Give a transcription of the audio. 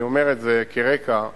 אני אומר את זה כרקע לדברים,